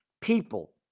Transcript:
people